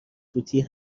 فوتی